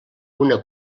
una